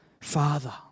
Father